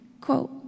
quote